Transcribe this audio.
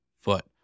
foot